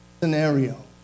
scenario